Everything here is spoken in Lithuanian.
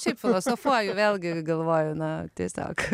šiaip filosofuoju vėlgi galvoju na tiesiog